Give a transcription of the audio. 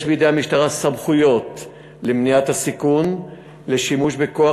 יש בידי המשטרה סמכויות למניעת הסיכון של שימוש בכוח